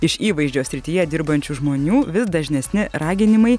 iš įvaizdžio srityje dirbančių žmonių vis dažnesni raginimai